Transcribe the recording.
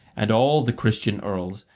and all the christian earls,